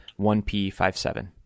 1P57